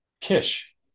Kish